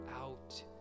out